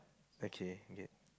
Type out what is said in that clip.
okay I get